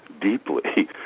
deeply